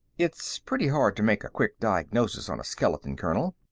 it's pretty hard to make a quick diagnosis on a skeleton, colonel.